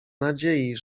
nadziei